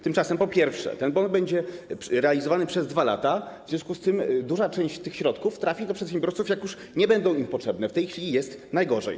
Tymczasem, po pierwsze, ten bon będzie realizowany przez 2 lata, w związku z czym duża część środków trafi do przedsiębiorców, jak już nie będą im potrzebne, a to w tej chwili jest najgorzej.